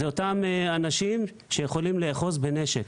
זה אותם אנשים שיכולים לאחוז בנשק